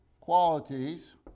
qualities